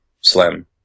slim